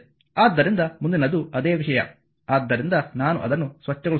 ಆದ್ದರಿಂದಮುಂದಿನದು ಅದೇ ವಿಷಯ ಆದ್ದರಿಂದ ನಾನು ಅದನ್ನು ಸ್ವಚ್ಛಗೊಳಿಸುತ್ತೇನೆ